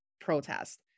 protest